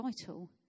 vital